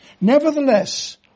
nevertheless